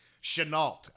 chenault